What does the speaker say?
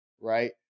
right